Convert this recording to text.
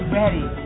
ready